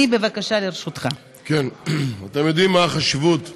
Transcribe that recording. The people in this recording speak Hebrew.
סיעת מרצ ביקשה להודיע שכולם בטעות הצביעו